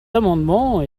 amendement